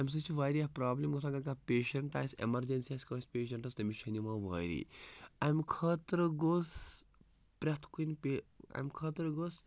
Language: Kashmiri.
اَمہِ سۭتۍ چھِ واریاہ پرٛابلِم گژھان اگر کانٛہہ پیشَنٛٹ آسہِ ایٚمَرجنسی آسہِ کٲنٛسہِ پیشَنٛٹس تٔمِس چھَنہٕ یِوان وٲری اَمہِ خٲطرٕ گوٚژھ پرٛٮ۪تھ کُنہِ پے اَمہِ خٲطرٕ گوٚژھ